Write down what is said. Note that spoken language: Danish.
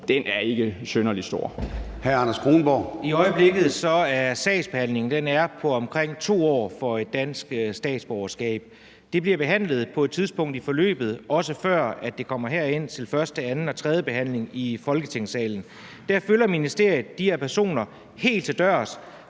Anders Kronborg. Kl. 09:11 Anders Kronborg (S): I øjeblikket er sagsbehandlingstiden på omkring 2 år for at få dansk statsborgerskab. Det bliver behandlet på et tidspunkt i forløbet, også før det kommer herind til første, anden og tredje behandling i Folketingssalen. Der følger ministeriet de her personer helt til dørs.